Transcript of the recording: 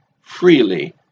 freely